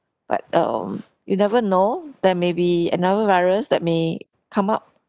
but um you never know there may be another virus that may come up